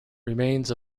remains